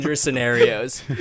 scenarios